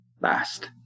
last